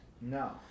No